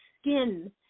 skin